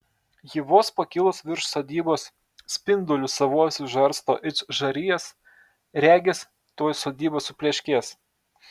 ji vos pakilus virš sodybos spindulius savuosius žarsto it žarijas regis tuoj sodyba supleškės